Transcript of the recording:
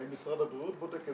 האם משרד הבריאות בודק,